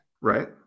Right